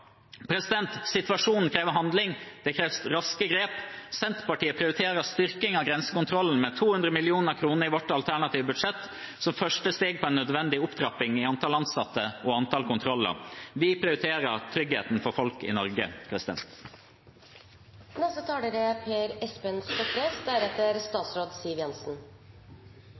Situasjonen krever handling, det kreves raske grep. Senterpartiet prioriterer styrking av grensekontrollen med 200 mill. kr i sitt alternative budsjett, som første steg på en nødvendig opptrapping av antall ansatte og antall kontroller. Vi prioriterer tryggheten for folk i Norge.